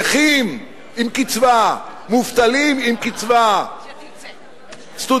נכים עם קצבה, מובטלים עם קצבה, סטודנטים.